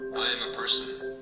am a person.